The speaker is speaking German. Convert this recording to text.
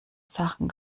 sachen